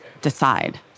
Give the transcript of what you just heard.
decide